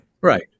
Right